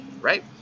right